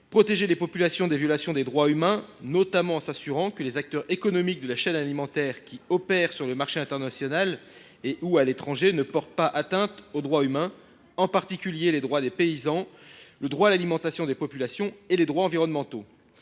protéger les populations des violations des droits humains, notamment en s’assurant que les acteurs économiques de la chaîne alimentaire qui opèrent sur le marché international ou à l’étranger ne portent pas atteinte aux droits humains, en particulier les droits des paysans, le droit à l’alimentation des populations et les droits environnementaux